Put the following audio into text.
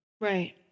Right